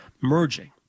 merging